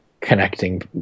connecting